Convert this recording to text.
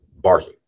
barking